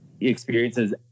experiences